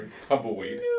tumbleweed